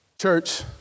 Church